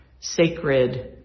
sacred